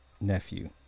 nephew